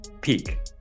peak